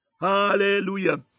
Hallelujah